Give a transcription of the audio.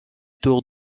tour